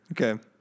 Okay